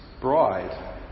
bride